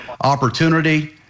opportunity